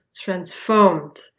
transformed